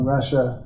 Russia